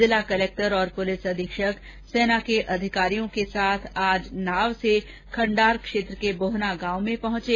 जिला कलेक्टर और पुलिस अधीक्षक सेना के अधिकारियों के साथ नाव से खण्डार क्षेत्र के बोहना गांव में पहुंचे